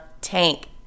Tank